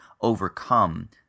overcome